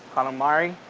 calamari,